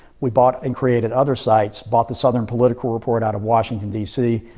we bought and created other sites. bought the southern political report out of washington, d c.